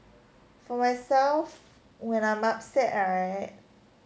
for myself when I'm upset right